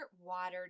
water